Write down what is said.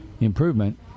improvement